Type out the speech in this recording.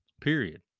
period